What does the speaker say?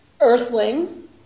earthling